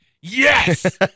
Yes